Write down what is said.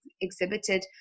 exhibited